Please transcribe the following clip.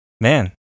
Man